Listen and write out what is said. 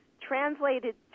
translated